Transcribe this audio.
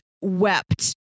wept